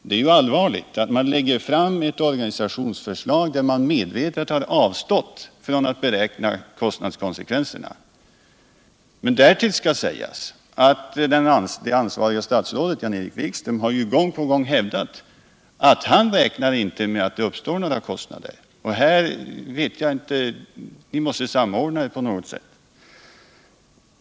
Det är allvarligt att man lägger fram ett organisationsförslag där man medvetet har avstått från att beräkna kostnadskonsekvenserna. Men därtill skall sägas att det ansvariga statsrådet Jan-Erik Wikström gång på gång har hävdat att han räknar inte med att det uppstår några kostnader. Ni måste samordna er på något sätt.